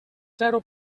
zero